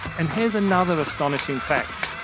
and here's another astonishing fact.